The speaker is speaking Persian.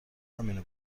همینو